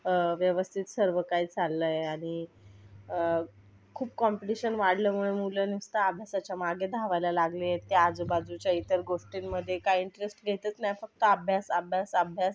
व्यवस्थित सर्व काही चाललं आहे आणि खूप कॉम्पिटिशन वाढल्यामुळे मुलं नुसतं अभ्यासाच्या मागे धावायला लागले त्या आजूबाजूच्या इतर गोष्टींमध्ये काही इंटरेस्ट घेतच नाही फक्त अभ्यास अभ्यास अभ्यास